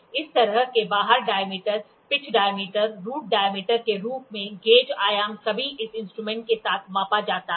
इस तरह के बाहर diameter pitch diameter root diameter के रूप में गेज आयाम सभी इस इंस्ट्रूमेंट के साथ मापा जाता है